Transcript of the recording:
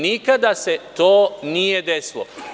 Nikada se to nije desilo.